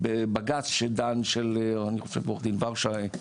בבג"ץ של אני חושב עורך דין ורשב.